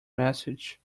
message